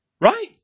Right